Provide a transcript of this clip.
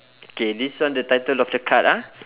okay this one the title of the card ah